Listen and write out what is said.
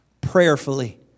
prayerfully